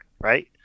right